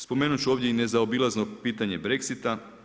Spomenuti ću ovdje i nazaobilazno pitanje Brexita.